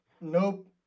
Nope